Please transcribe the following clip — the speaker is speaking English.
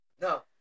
No